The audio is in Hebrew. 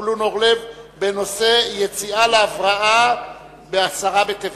זבולון אורלב בנושא: יציאה להבראה בעשרה בטבת.